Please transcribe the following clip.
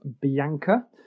Bianca